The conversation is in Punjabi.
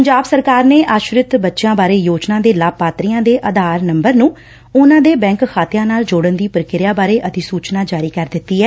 ਪੰਜਾਬ ਸਰਕਾਰ ਨੇ ਆਸ਼ਰਿਤ ਬੱਚਿਆਂ ਬਾਰੇ ਯੋਜਨਾ ਦੇ ਲਾਭਕਾਰੀਆਂ ਦੇ ਆਧਾਰ ਨੰਬਰ ਨੂੰ ਉਨੂਾਂ ਦੇ ਬੈਂਕ ਖਾਤਿਆਂ ਨਾਲ ਜੋੜਨ ਦੀ ਪ੍ਕਿਰਿਆ ਬਾਰੇ ਅਧਿਸੁਚਨਾ ਜਾਰੀ ਕਰ ਦਿੱਤੀ ਏ